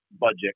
budget